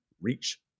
reach